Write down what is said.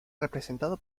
representado